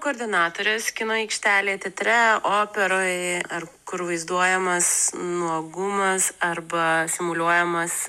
koordinatorės kino aikštelėj teatre operoj ar kur vaizduojamas nuogumas arba simuliuojamas